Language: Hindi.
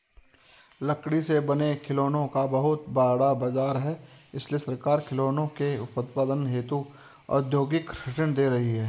लकड़ी से बने खिलौनों का बहुत बड़ा बाजार है इसलिए सरकार खिलौनों के उत्पादन हेतु औद्योगिक ऋण दे रही है